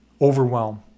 overwhelm